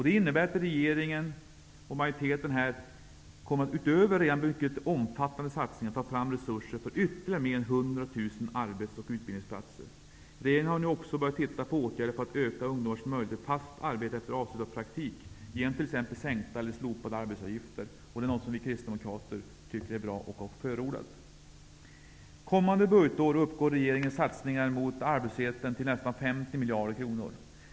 Det innebär att regeringen och majoriteten utöver redan mycket omfattande satsningar tar fram resurser för ytterligare mer än 100 000 arbets och utbildningsplatser. Regeringen har nu också börjat titta på åtgärder för att öka ungdomars möjlighet till fast arbete efter avslutad praktik genom t.ex. sänkta eller slopade arbetsgivaravgifter. Det är något som vi kristdemokrater tycker är bra, och det har vi förordat. Kommande budgetår uppgår regeringens satsningar mot arbetslösheten till nästan 50 miljarder kronor.